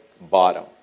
bottom